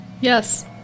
Yes